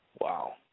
Wow